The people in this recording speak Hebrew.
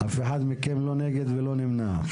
אף אחד מכם לא נגד ולא נמנע?